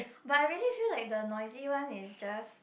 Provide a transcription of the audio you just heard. but I really feel like the noisy one is just